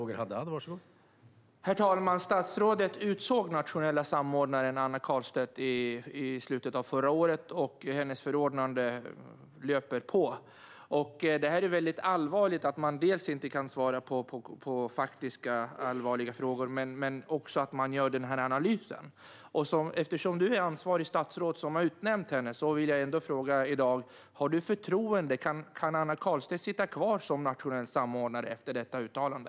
Herr talman! Statsrådet utsåg den nationella samordnaren Anna Carlstedt i slutet av förra året, och hennes förordnande löper på. Det är mycket allvarligt att man inte kan svara på faktiska allvarliga frågor men också att man gör denna analys. Eftersom du, Alice Bah Kuhnke, är det ansvariga statsråd som har utnämnt henne vill jag i dag fråga: Har du förtroende för henne? Kan Anna Carlstedt sitta kvar som nationell samordnare efter detta uttalande?